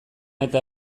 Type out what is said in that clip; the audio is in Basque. eta